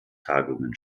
tagungen